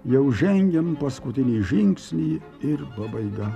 jau žengiam paskutinį žingsnį ir pabaiga